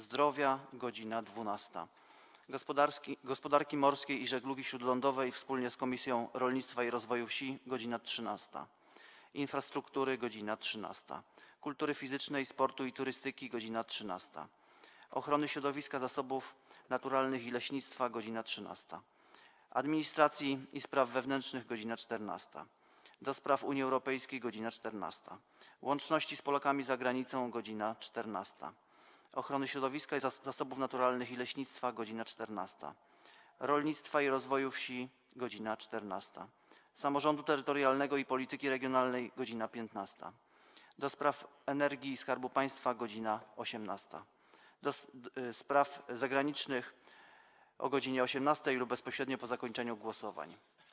Zdrowia - godz. 12, - Gospodarki Morskiej i Żeglugi Śródlądowej wspólnie z Komisją Rolnictwa i Rozwoju Wsi - godz. 13, - Infrastruktury - godz. 13, - Kultury Fizycznej, Sportu i Turystyki - godz. 13, - Ochrony Środowiska, Zasobów Naturalnych i Leśnictwa - godz. 13, - Administracji i Spraw Wewnętrznych - godz. 14, - do Spraw Unii Europejskiej - godz. 14, - Łączności z Polakami za Granicą - godz. 14, - Ochrony Środowiska, Zasobów Naturalnych i Leśnictwa - godz. 14, - Rolnictwa i Rozwoju Wsi - godz. 14, - Samorządu Terytorialnego i Polityki Regionalnej - godz. 15, - do Spraw Energii i Skarbu Państwa - godz. 18, - Spraw Zagranicznych - godz. 18 lub bezpośrednio po zakończeniu głosowań.